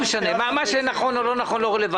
לא משנה, מה שנכון או לא נכון לא רלוונטי.